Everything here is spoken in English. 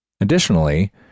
Additionally